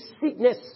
sickness